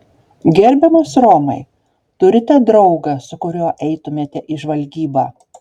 gerbiamas romai turite draugą su kuriuo eitumėte į žvalgybą